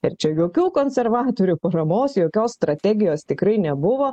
ir čia jokių konservatorių paramos jokios strategijos tikrai nebuvo